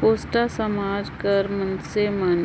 कोस्टा समाज कर मइनसे मन